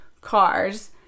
cars